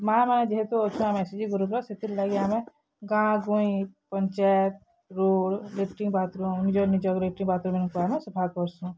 ମା'ମାନେ ଯେହେତୁ ଅଛୁଁ ଆମେ ଏସ୍ ଏଚ୍ ଜି ଗ୍ରୁପ୍ର ସେଥିର୍ଲାଗି ଆମେ ଗାଁ ଗୁଇଁ ପଞ୍ଚାୟତ ରୋଡ଼୍ ଲେଟ୍ରିଙ୍ଗ୍ ବାଥ୍ରୁମ୍ ନିଜର୍ ନିଜର୍ ଲେଟ୍ରିଙ୍ଗ୍ ବାଥ୍ରୁମ୍ମାନ୍କୁ ଆମେ ସଫା କରସୁଁ